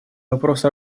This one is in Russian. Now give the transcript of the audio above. вопроса